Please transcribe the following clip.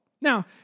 Now